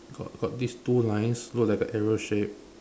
got got these two lines look like an arrow shape